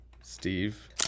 Steve